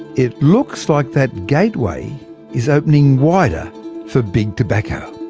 it looks like that gateway is opening wider for big tobacco.